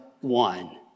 one